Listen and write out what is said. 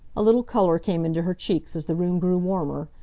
a little colour came into her cheeks as the room grew warmer,